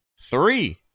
three